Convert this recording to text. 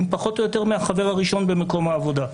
פחות או יותר מהחבר הראשון במקום העבודה.